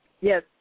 Yes